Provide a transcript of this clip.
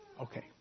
Okay